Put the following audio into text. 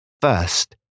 First